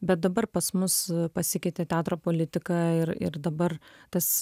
bet dabar pas mus pasikeitė teatro politika ir ir dabar tas